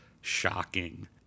shocking